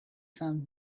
found